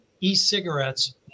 e-cigarettes